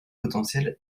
potentiel